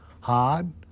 hard